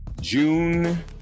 June